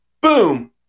boom